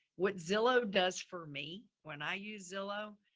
what zillow does for me, when i use zillow,